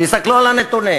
תסתכלו על הנתונים